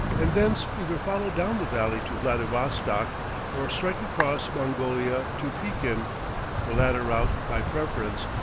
and thence either follow down the valley to vladivostok or strike across mongolia to pekin the latter route by preference,